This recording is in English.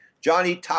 Johnny